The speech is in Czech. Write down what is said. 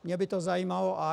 Mě by to zajímalo.